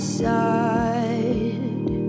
side